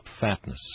fatness